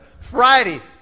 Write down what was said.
Friday